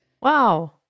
Wow